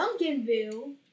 Duncanville